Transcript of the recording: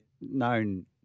known